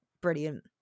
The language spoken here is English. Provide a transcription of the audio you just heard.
brilliant